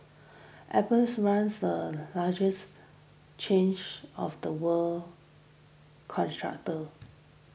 apples runs the largest change of the world contractors